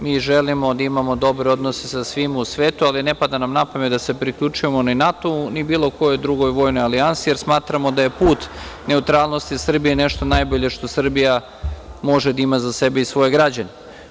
Mi želimo da imamo dobre odnose sa svima u svetu, ali ne pada nam na pamet da se priključujemo ni NATO ni bilo kojoj drugoj vojnoj alijansi, jer smatramo da je put neutralnosti Srbije nešto najbolje što Srbija može da ima za sebe i svoje građane.